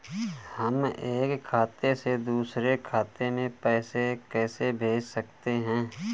हम एक खाते से दूसरे खाते में पैसे कैसे भेज सकते हैं?